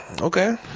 Okay